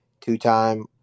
two-time